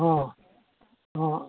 ಹಾಂ ಹಾಂ